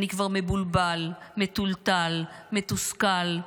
אני כבר מבולבל, מטולטל, מתוסכל.